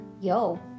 yo